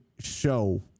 show